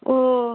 ও